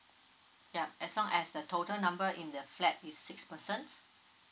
yeah as long as the total number in the flat is six persons